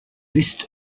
list